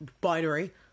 binary